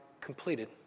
completed